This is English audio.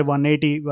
180